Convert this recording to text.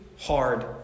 hard